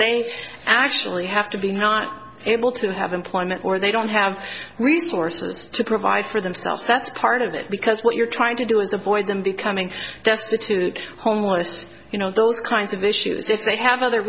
they actually have to be not able to have employment or they don't have resources to provide for themselves that's part of it because what you're trying to do is avoid them becoming destitute homeless you know those kinds of issues if they have other